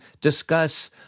discuss